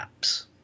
apps